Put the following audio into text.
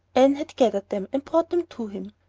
anne had gathered them and brought them to him,